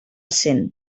cent